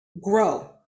grow